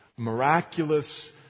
miraculous